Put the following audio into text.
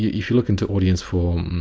yeah if you look into audience for um